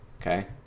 Okay